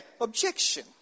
objection